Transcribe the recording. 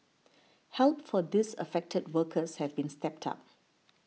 help for these affected workers has been stepped up